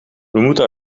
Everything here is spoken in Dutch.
moeten